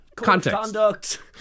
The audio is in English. context